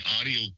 audio